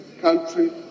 country